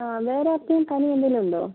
ആ വേറെ ആർക്കും പനി എന്തെങ്കിലും ഉണ്ടോ